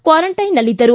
ಕ್ವಾರಂಟೈನ್ನಲ್ಲಿದ್ದರು